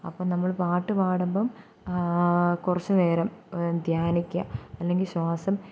അപ്പോൾ നമ്മൾ പാട്ടു പാടുമ്പം കുറച്ചു നേരം ധ്യാനിക്കുക അല്ലെങ്കിൽ ശ്വാസം